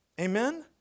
Amen